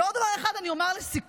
ועוד דבר אחד אני אומר לתוספת,